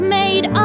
made